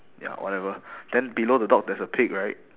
ya whatever then below the dog there's a pig right